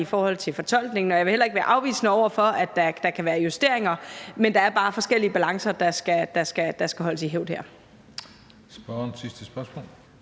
i forhold til fortolkningen, og jeg vil heller ikke være afvisende over for, at der kan være justeringer, men der er bare forskellige balancer, der skal holdes i hævd her.